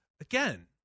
again